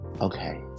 okay